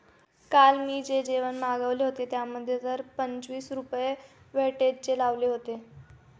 काल मी जे जेवण मागविले होते, त्यामध्ये तर पंचवीस रुपये व्हॅटचेच लावले होते